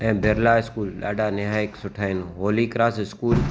ऐं बिरला स्कूल ॾाढा निहाइकु सुठा आहिनि होली क्रॉस स्कूल